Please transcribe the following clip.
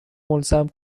ملزم